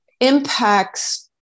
impacts